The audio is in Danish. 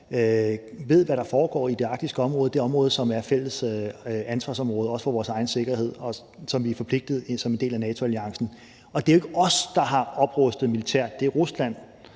ved, hvad der foregår i det arktiske område og det område, som er fælles ansvarsområde også for vores egen sikkerhed, og som vi som en del af NATO-alliancen er forpligtet til. Og det er jo ikke os, der har oprustet militært. Det er Rusland,